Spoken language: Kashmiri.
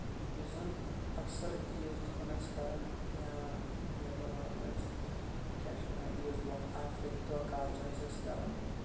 یُس زَن اَکثرعیٖز دۄہن ٲسۍ کران یا یَتھ زَن وَنان ٲسۍ کیاہ چھِ وَنان عیٖز برونٹھ اَرفٕکۍ دۄہ کالچنس ٲسۍ کران